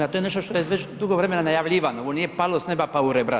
To je nešto što je već dugo vremena najavljivano, ovo nije palo s neba, pa u rebra.